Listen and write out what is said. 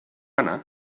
anar